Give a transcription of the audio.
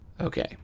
Okay